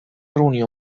reunió